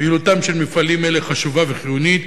פעילותם של מפעלים אלה חשובה וחיונית,